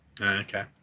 Okay